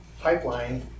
pipeline